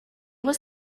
was